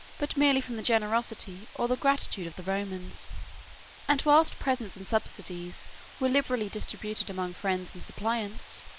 but merely from the generosity or the gratitude of the romans and whilst presents and subsidies were liberally distributed among friends and suppliants,